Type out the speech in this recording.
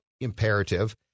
imperative